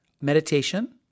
meditation